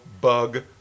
bug